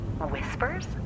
Whispers